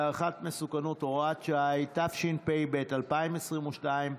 והערכת מסוכנות, הוראת שעה), התשפ"ב 2022,